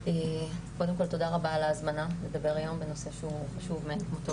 קודם כל תודה רבה על ההזמנה לדבר היום בנושא שהוא חשוב מכול,